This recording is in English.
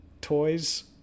toys